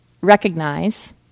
recognize